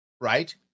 right